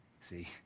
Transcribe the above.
See